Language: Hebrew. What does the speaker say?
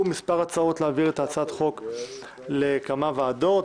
מספר הצעות להעביר את הצעת החוק לכמה ועדות,